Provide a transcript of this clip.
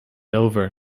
over